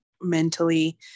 mentally